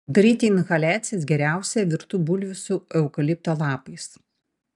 daryti inhaliacijas geriausia virtų bulvių su eukalipto lapais